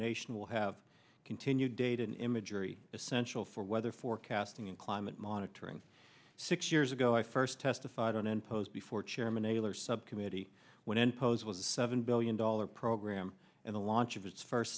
nation will have continued dated imagery essential for weather forecasting and climate monitoring six years ago i first testified on any post before chairman eyler subcommittee when posed was a seven billion dollar program and the launch of its first